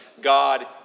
God